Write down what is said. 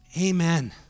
Amen